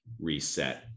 reset